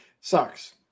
Sucks